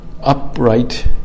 upright